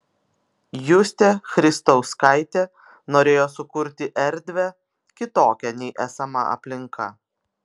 justė christauskaitė norėjo sukurti erdvę kitokią nei esama aplinka